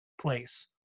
place